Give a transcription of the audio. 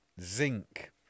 zinc